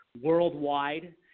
worldwide